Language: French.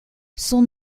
son